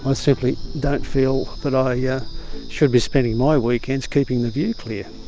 ah simply don't feel that i yeah should be spending my weekends keeping the view clear.